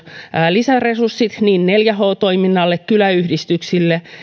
lisäresurssit niin neljä h toiminnalle kyläyhdistyksille